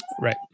Right